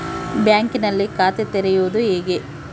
ಬ್ಯಾಂಕಿನಲ್ಲಿ ಖಾತೆ ತೆರೆಯುವುದು ಹೇಗೆ?